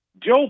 Joe